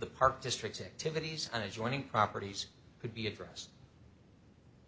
the park district activities on adjoining properties could be addressed